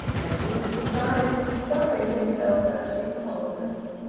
and he was surprised to discover in himself such impulses.